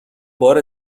بار